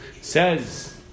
Says